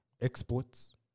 exports